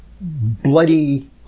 bloody